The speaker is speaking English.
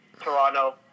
Toronto